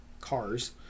cars